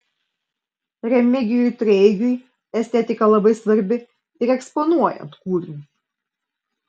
remigijui treigiui estetika labai svarbi ir eksponuojant kūrinius